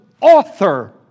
author